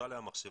עלתה לי המחשבה,